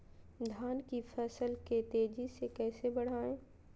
धान की फसल के तेजी से कैसे बढ़ाएं?